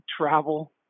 travel